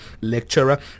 lecturer